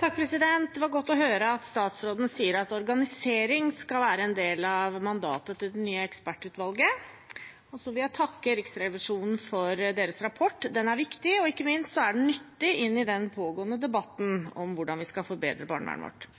Det var godt å høre statsråden si at organisering skal være en del av mandatet til det nye ekspertutvalget. Jeg vil takke Riksrevisjonen for deres rapport. Den er viktig, og ikke minst nyttig, i den pågående debatten om hvordan vi skal forbedre barnevernet vårt.